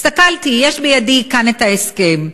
הסתכלתי, יש בידי כאן ההסכם.